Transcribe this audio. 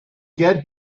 get